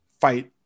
fight